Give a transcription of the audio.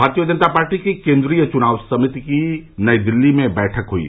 भारतीय जनता पार्टी की केंद्रीय चुनाव समिति की नई दिल्ली में बैठक हई